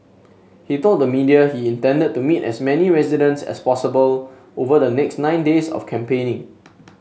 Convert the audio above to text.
he told the media he intended to meet as many residents as possible over the next nine days of campaigning